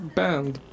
band